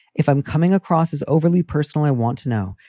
if i'm coming across as overly personal, i want to know,